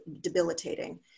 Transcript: debilitating